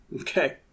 Okay